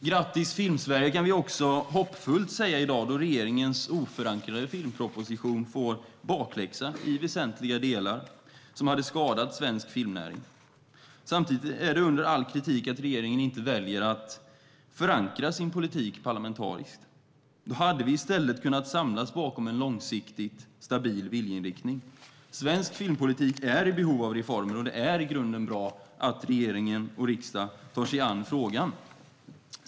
Grattis Filmsverige, kan vi hoppfullt säga i dag, då regeringens oförankrade filmproposition får bakläxa i väsentliga delar som hade skadat svensk filmnäring. Samtidigt är det under all kritik att regeringen inte väljer att förankra sin politik parlamentariskt. Då hade vi i stället kunnat samlas bakom en långsiktigt stabil viljeinriktning. Svensk filmpolitik är i behov av reformer, och det är i grunden bra att regering och riksdag tar sig an frågan.